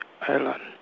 Island